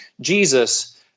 Jesus